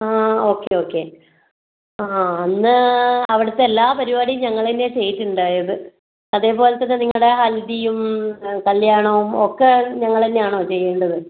ആ okay okay ah അന്ന് അവിടുത്തെ എല്ലാ പരിപാടിയും ഞങ്ങൾ തന്നെയാണ് ചെയ്ത് ഉണ്ടായത് അതേപോലത്തന്നെ നിങ്ങളുടെ ഹൽദിയും കല്ല്യാണവും ഒക്കെ ഞങ്ങളെതന്നെ ആണോ ചെയ്യേണ്ടത്